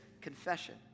Confession